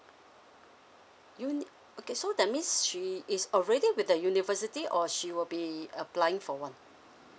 U_N_I_ okay so that means she is already with the university or she will be applying for one